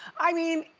i mean,